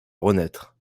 renaître